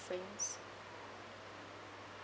preference